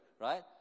Right